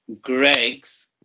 Greg's